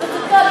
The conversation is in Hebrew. לפרוטוקול,